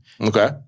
Okay